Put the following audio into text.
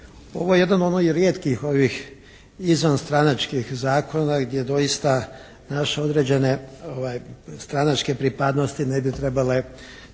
Ovo je jedan od onih rijetkih ovih izvanstranačkih zakona gdje doista naše određene stranačke pripadnosti ne bi trebale